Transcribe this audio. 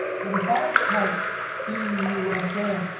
but if i type b u s n,